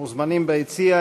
המוזמנים ביציע,